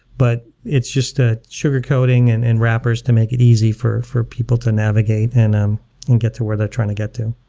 but it's just ah sugar coating and and wrappers to make it easy for for people to navigate and um and get to where they're trying to get to.